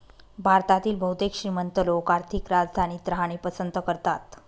भारतातील बहुतेक श्रीमंत लोक आर्थिक राजधानीत राहणे पसंत करतात